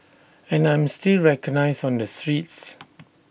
and I'm still recognised on the streets